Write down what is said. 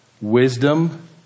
Wisdom